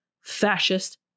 fascist